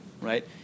right